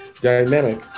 dynamic